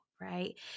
right